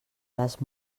les